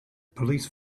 police